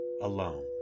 alone